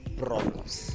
problems